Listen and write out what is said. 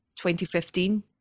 2015